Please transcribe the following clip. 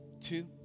two